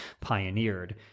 pioneered